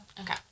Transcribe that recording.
Okay